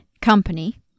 company